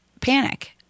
panic